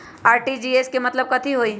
RTGS के मतलब कथी होइ?